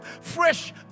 fresh